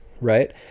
Right